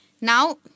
Now